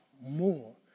more